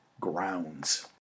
grounds